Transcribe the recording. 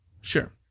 sure